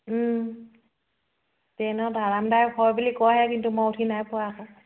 ট্ৰেইনত আৰামদায়ক হয় বুলি কয়হে কিন্তু মই উঠি নাই পোৱা আকৌ